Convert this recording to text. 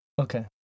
Okay